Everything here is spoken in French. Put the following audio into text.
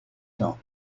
temps